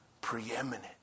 preeminent